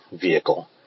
vehicle